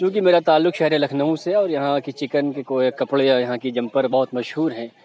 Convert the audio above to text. کیوں کہ میرا تعلق شہر لکھنؤ سے ہے اور یہاں کی چکن کی کوے کپڑے یہاں کی جمپر بہت مشہور ہیں